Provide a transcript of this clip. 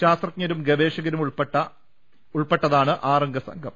ശാസ്ത്രജ്ഞരും ഗവേഷകരും ഉൾപ്പെട്ടതാണ് ആറംഗ സംഘം